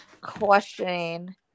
questioning